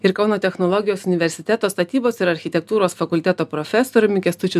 ir kauno technologijos universiteto statybos ir architektūros fakulteto profesoriumi kęstučiu